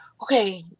okay